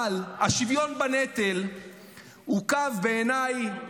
אבל השוויון בנטל הוא קו, בעיניי,